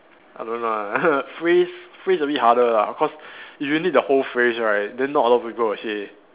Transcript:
I don't know ah phrase phrase a bit harder lah cause if you need the whole phrase right then not a lot of people will say